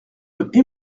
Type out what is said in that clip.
rue